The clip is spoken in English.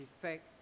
effect